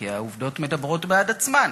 כי העובדות מדברות בעד עצמן,